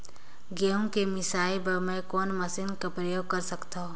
गहूं के मिसाई बर मै कोन मशीन कर प्रयोग कर सकधव?